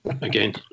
again